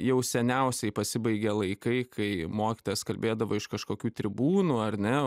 jau seniausiai pasibaigė laikai kai mokytojas kalbėdavo iš kažkokių tribūnų ar ne